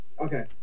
Okay